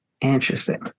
Interesting